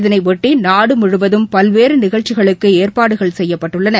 இதனையொட்டி நாடு முழுவதும் பல்வேறு நிகழ்ச்சிகளுக்கு ஏற்பாடுகள் செய்யப்பட்டுள்ளன